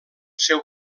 seu